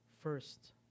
first